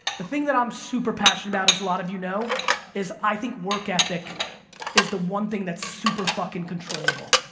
the thing that i'm super-passionate about as a lot of you know is i think work ethic is the one thing that's super-fucking controllable.